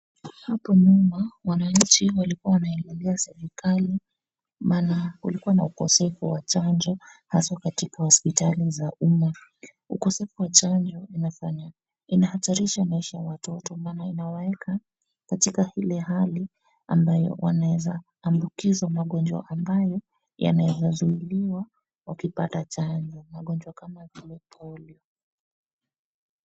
Hapo nyuma wananchi walikuwa wanaililia serikali maana kulikuwa na ukosefu wa chajo haswa katika hospitali za umma. Ukosefu wa chajo inafanya, inahatarisha maisha ya watoto maana inawaweka katika ile hali ambayo wanaweza ambukizwa magonjwa ambayo yanaweza zuiliwa wakipata chajo. Magonjwa kama vile polio.